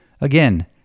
Again